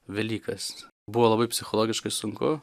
velykas buvo labai psichologiškai sunku